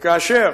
וכאשר